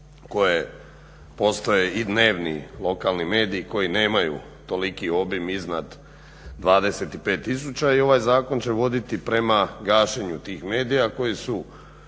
koje postoje i dnevni lokalni mediji koji nemaju toliki obim iznad 25 tisuća. I ovaj zakon će voditi prema gašenju tih medija koji su